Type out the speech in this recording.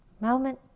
Moment